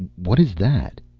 what is that?